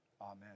Amen